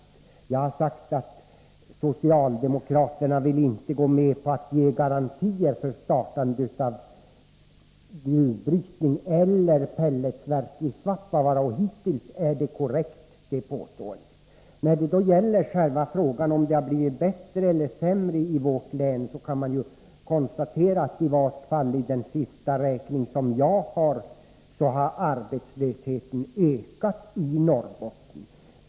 Däremot har jag sagt att socialdemokraterna inte vill gå med på att ge garantier för startandet av gruvbrytning eller av pelletsverket i Svappavaara. Hittills är det påståendet korrekt. När det gäller frågan om det har blivit bättre eller sämre i vårt län kan jag konstatera att arbetslösheten i Norrbotten har ökat — i varje fall enligt den senaste räkning som jag har tillgång till.